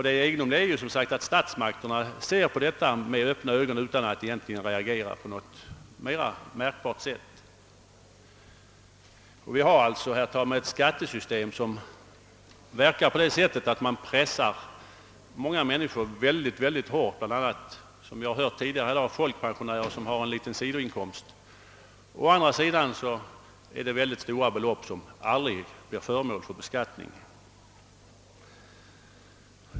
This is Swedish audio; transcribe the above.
Den egendomliga är att statsmaktens representanter ser på detta med öppna ögon utan att reagera på något mera märkbart sätt. Herr talman! Vi har alltså ett skattesystem som verkar på det sättet att många människor pressas synnerligen hårt — som tidigare i dag påpekats bland andra folkpensionärer med en liten sidoinkomst. Å andra sidan är det mycket stora belopp som aldrig blir föremål för beskattning.